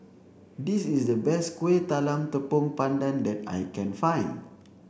this is the best Kuih Talam Tepong Pandan that I can find